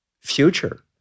future